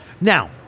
now